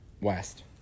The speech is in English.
West